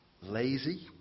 lazy